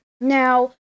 now